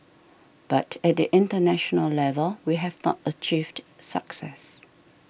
but at the international level we have not achieved success